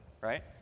right